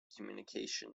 communication